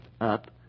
up